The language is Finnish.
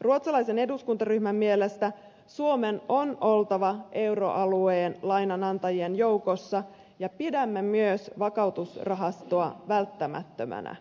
ruotsalaisen eduskuntaryhmän mielestä suomen on oltava euroalueen lainanantajien joukossa ja pidämme myös vakautusrahastoa välttämättömänä